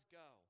go